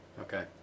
Okay